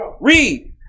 Read